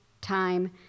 Time